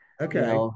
okay